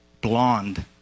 blonde